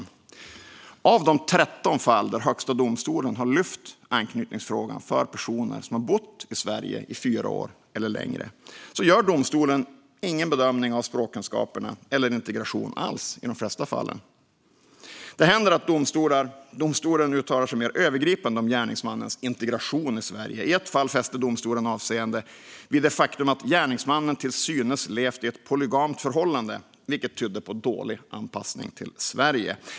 I de flesta av de 13 fall där Högsta domstolen har lyft anknytningsfrågan för personer som bott i Sverige i fyra år eller längre gör dock domstolen ingen bedömning alls av språkkunskaperna eller integration. Det händer att domstolen uttalar sig mer övergripande om gärningsmannens integration i Sverige. I ett fall fäste domstolen avseende vid det faktum att gärningsmannen till synes levt i ett polygamt förhållande, vilket tydde på dålig anpassning till Sverige.